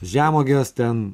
žemuogės ten